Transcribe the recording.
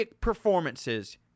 performances